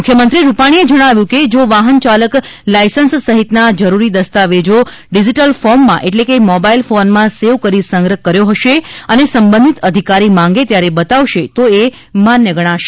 મુખ્યમત્રી રૂપાણીએ જણાવ્યું કે જા વાહન ચાલક લાયસન્સ સહિતના જરૂરી દસ્તાવેજા ડિજીટલ ફોર્મમાં એટલે કે મોબાઇલ ફોનમાં સેવ કરી સંગ્રહ કર્યો હશે અને સંબંધિત અધિકારી માંગે ત્યારે બતાવશે તો એ માન્ય ગણાશે